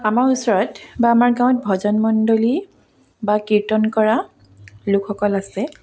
আমাৰ ওচৰত বা আমাৰ গাঁৱত ভজন মণ্ডলী বা কীৰ্তন কৰা লোকসকল আছে